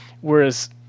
Whereas